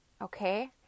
okay